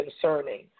concerning